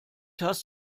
hast